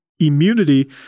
immunity